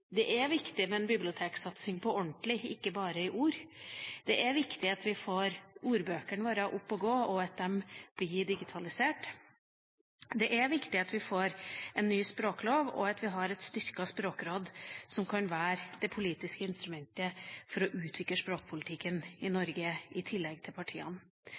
Det er viktig med en biblioteksatsing på ordentlig, ikke bare i ord. Det er viktig at vi får ordbøkene våre opp å gå, og at de blir digitalisert. Det er viktig at vi får en ny språklov, og at vi har et styrket språkråd som kan være det politiske instrumentet for å utvikle språkpolitikken i Norge, i tillegg til partiene.